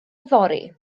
yfory